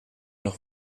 nog